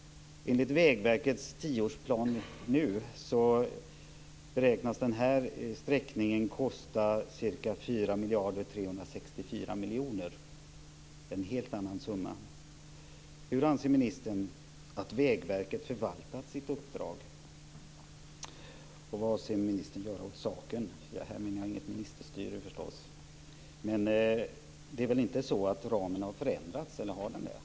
Enligt Vägverkets tioårsplan beräknas den här sträckningen kosta ca 4 364 000 000 kr. Det är en helt annan summa. Hur anser ministern att Vägverket förvaltat sitt uppdrag? Vad avser ministern göra åt saken? Här menar jag inget ministerstyre, men det är väl inte så att ramen har förändrats, eller har den det?